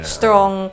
strong